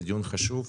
זה דיון חשוב,